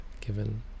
given